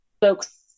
folks